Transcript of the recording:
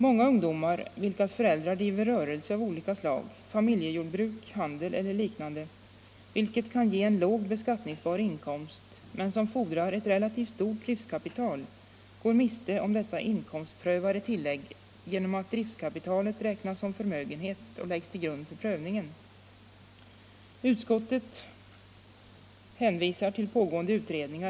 Många ungdomar vilkas föräldrar driver rörelse av olika slag — familjejordbruk, handel eller liknande som kan ge en låg beskattningsbar inkomst men som fordrar ett relativt stort driftkapital — går miste om detta inkomstprövade tillägg genom att driftkapitalet räknas som förmögenhet och läggs till grund för prövningen. Utskottet hänvisar till pågående utredningar.